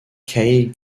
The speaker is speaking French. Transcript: kay